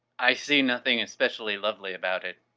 i see nothing especially lovely about it.